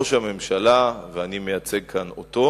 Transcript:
ראש הממשלה, ואני מייצג כאן אותו,